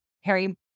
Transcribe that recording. Harry